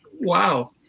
wow